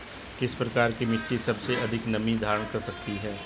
किस प्रकार की मिट्टी सबसे अधिक नमी धारण कर सकती है?